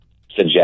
suggest